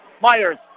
Myers